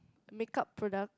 makeup product